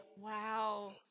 Wow